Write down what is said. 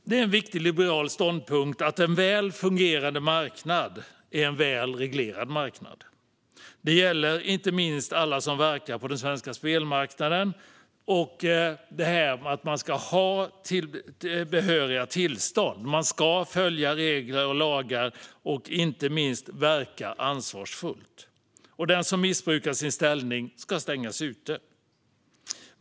Det är en viktig liberal ståndpunkt att en väl fungerande marknad är en väl reglerad marknad. Det gäller inte minst alla som verkar på den svenska spelmarknaden. Man ska ha behöriga tillstånd, och man ska följa lagar och regler och inte minst verka ansvarsfullt, och den som missbrukar sin ställning ska stängas ute.